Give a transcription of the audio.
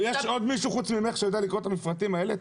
יש עוד מישהו חוץ ממך שיודע לקרוא את המפרטים האלה?